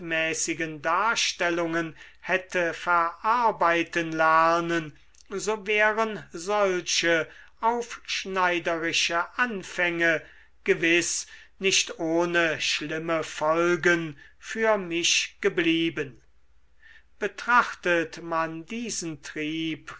darstellungen hätte verarbeiten lernen so wären solche aufschneiderische anfänge gewiß nicht ohne schlimme folgen für mich geblieben betrachtet man diesen trieb